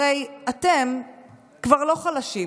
הרי אתם כבר לא חלשים,